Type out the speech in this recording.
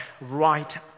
right